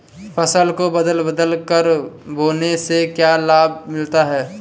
फसल को बदल बदल कर बोने से क्या लाभ मिलता है?